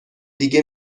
دیگه